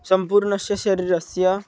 सम्पूर्णस्य शरीरस्य